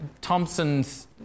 Thompson's